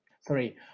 sorry